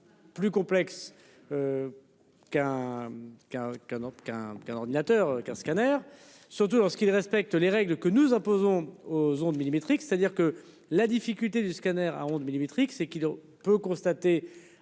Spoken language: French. qu'un prix, un ordinateur cascadeurs. Surtout en ce qu'il respecte les règles que nous imposons aux ondes millimétriques, c'est-à-dire que la difficulté des scanners à ondes millimétriques c'est il peut constater